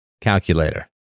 calculator